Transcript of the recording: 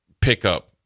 pickup